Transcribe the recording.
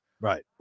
Right